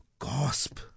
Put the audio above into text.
gasp